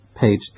page